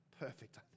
Perfect